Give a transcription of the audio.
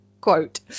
quote